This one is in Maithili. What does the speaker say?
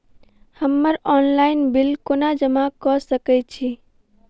हम्मर ऑनलाइन बिल कोना जमा कऽ सकय छी?